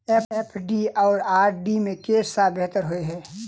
FD आ RD मे केँ सा बेहतर होइ है?